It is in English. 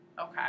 okay